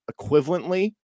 equivalently